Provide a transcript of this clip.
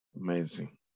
Amazing